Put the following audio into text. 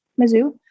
Mizzou